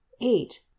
eight